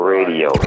Radio